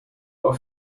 are